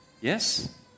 Yes